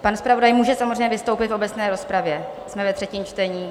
Pan zpravodaj samozřejmě může vystoupit v obecné rozpravě, jsme ve třetím čtení.